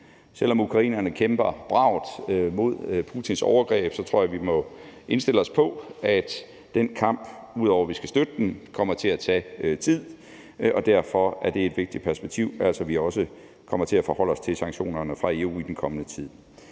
Selv om ukrainerne kæmper bravt mod Putins overgreb, tror jeg, vi må indstille os på, at den kamp – og den skal vi støtte – kommer til at tage tid. Derfor er det et vigtigt perspektiv, at vi også kommer til at forholde os til sanktionerne fra EU i den kommende tid.